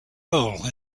roll